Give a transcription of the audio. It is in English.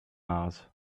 mars